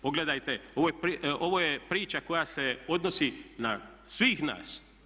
Pogledajte, ovo je priča koja se odnosi na svih nas.